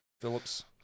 Phillips